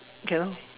okay lah